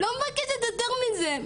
לא מבקשת יותר מזה,